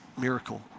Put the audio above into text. miracle